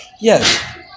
Yes